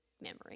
memory